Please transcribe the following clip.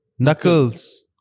Knuckles